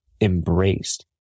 embraced